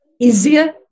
easier